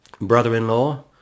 brother-in-law